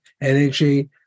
energy